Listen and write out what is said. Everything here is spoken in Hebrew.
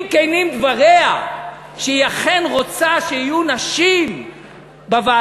אם כנים דבריה שהיא אכן רוצה שיהיו נשים בוועדה,